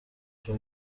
byo